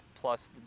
plus